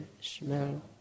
smell